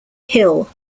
hill